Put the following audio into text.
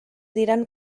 diran